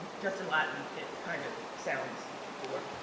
just, in latin it kind of sounds cooler.